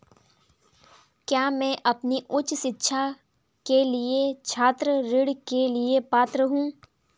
क्या मैं अपनी उच्च शिक्षा के लिए छात्र ऋण के लिए पात्र हूँ?